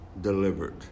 delivered